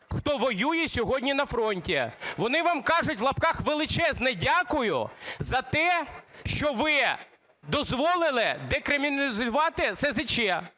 хто воює сьогодні на фронті. Вони вам кажуть (в лапках) "величезне дякую" за те, що ви дозволили декриміналізувати СЗЧ.